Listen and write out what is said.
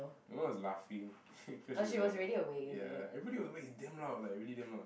everyone was laughing cause she's like ya everybody was awake damn loud like really damn loud